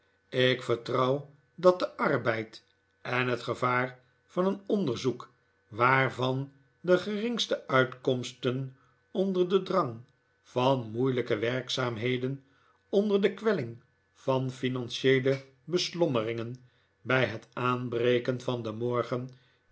ik vertrouw dat de arbeid en het gevaar van een onderzoek waarvan de geringste uitkomsten onder den drang van moeilijke werkzaamheden onder de kwelling van financieele beslommeringen bij het aanbreken van den morgen